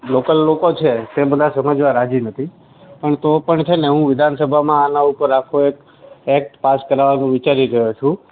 local લોકો છે તે બધા સમજવા રાજી નથી પણ તો પણ છે ને હું વિધાનસભામાં આના ઉપર આખો એક એકટ પાસ કરાવવાનું વિચારી રહ્યો છું